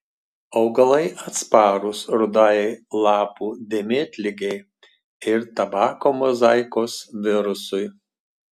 augalai atsparūs rudajai lapų dėmėtligei ir tabako mozaikos virusui